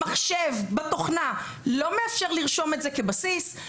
המחשב בתוכנה לא מאפשר לרשום את זה כבסיס.